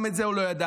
גם את זה הוא לא ידע.